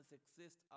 exist